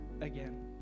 again